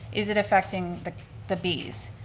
is it affecting the the bees?